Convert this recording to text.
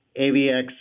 AVX